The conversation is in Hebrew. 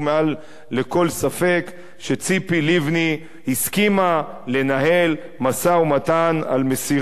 לכל ספק שציפי לבני הסכימה לנהל משא-ומתן על מסירת